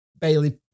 Bailey